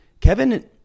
Kevin